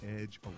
edge